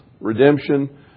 Redemption